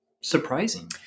surprising